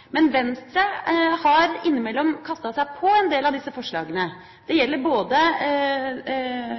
men det blir litt feil begrep i denne sammenheng – ytterliggående forslagene, som vil forandre Norge aller mest. Venstre har innimellom kastet seg på en del av disse forslagene. Det gjelder både